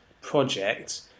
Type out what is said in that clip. project